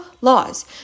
laws